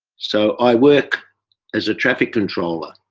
so, i work as a traffic controller,